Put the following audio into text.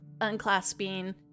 unclasping